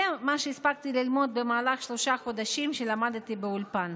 זה מה שהספקתי ללמוד במהלך שלושה חודשים שלמדתי באולפן.